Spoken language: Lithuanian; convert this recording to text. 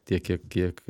tiek kiek kiek